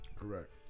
Correct